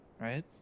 Right